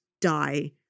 die